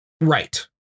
Right